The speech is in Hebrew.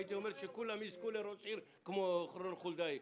הייתי אומר שכולם יזכו לראש עיר כמו רון חולדאי.